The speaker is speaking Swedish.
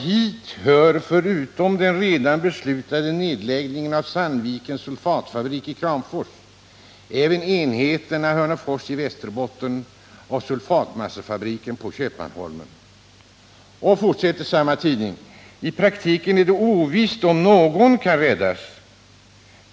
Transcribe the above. Hit hör förutom den redan beslutade nedläggningen av Sandvikens sulfatfabrik, även enheterna i Hörnefors i Västerbotten och Köpmanholmen.” Samma tidning fortsätter: ”I praktiken är det:ovisst om någon kan räddas.